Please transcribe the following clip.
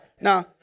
Now